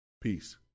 Peace